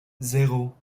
zéro